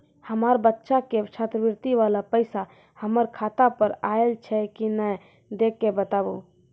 हमार बच्चा के छात्रवृत्ति वाला पैसा हमर खाता पर आयल छै कि नैय देख के बताबू?